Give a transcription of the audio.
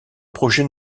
projet